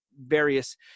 various